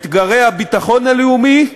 אתגרי הביטחון הלאומי,